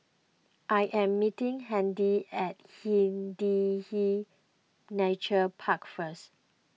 I am meeting Handy at Hindhede Nature Park first